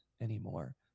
anymore